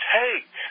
take